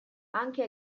anche